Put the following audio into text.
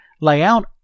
layout